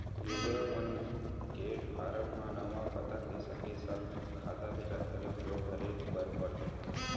योजना मन के फारम म नांव, पता के संगे संग खाता के जानकारी घलौ भरे बर परथे